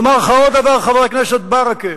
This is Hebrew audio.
ואומר לך עוד דבר, חבר הכנסת ברכה.